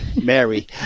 Mary